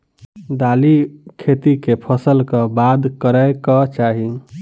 दालि खेती केँ फसल कऽ बाद करै कऽ चाहि?